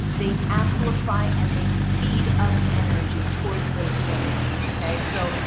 they amplify and they speed up energy towards those nodes. okay. so,